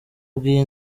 bw’iyi